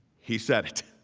he said it,